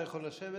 אתה יכול לשבת.